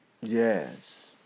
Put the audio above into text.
Yes